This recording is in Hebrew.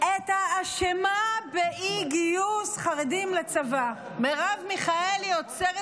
את האשמה באי-גיוס חרדים לצבא: מרב מיכאלי עוצרת